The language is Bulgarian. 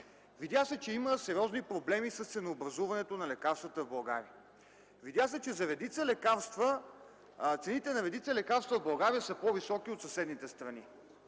Видя се, че има сериозни проблеми с ценообразуването на лекарствата в България. Видя се, че цените на редица лекарства в България са по-високи от съседните страни